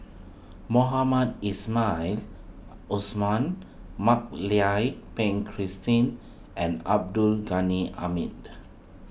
Mohamed Ismail Mak Lai Peng Christine and Abdul Ghani Hamid